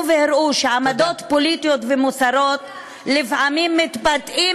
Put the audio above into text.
והראו שעמדות פוליטיות ומוסריות לפעמים מתבטאות